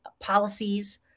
policies